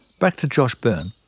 back to josh byrne.